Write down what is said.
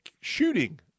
shooting